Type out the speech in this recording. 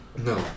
No